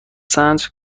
سنج